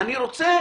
אני רוצה